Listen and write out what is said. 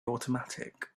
automatic